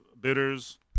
bitters